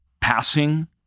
passing